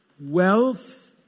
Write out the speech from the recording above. wealth